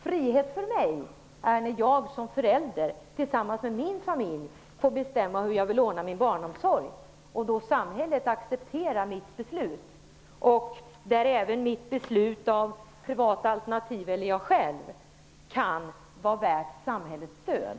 Frihet är för mig att jag som förälder tillsammans med min familj får bestämma hur jag vill ordna min barnomsorg och att samhället accepterar mitt beslut. Även mitt beslut om privata alternativ eller om jag själv väljer att ta hand om mina barn skulle kunna vara värt samhällets stöd.